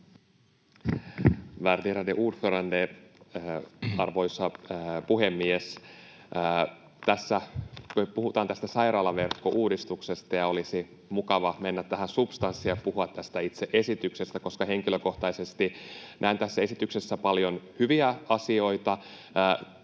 Värderade ordförande, arvoisa puhemies! Tässä kun me puhutaan tästä sairaalaverkkouudistuksesta, olisi mukava mennä tähän substanssiin ja puhua tästä itse esityksestä, koska henkilökohtaisesti näen tässä esityksessä paljon hyviä asioita.